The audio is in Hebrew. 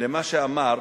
למה שאמר